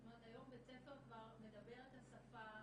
היום בית הספר כבר מדבר את השפה,